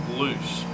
loose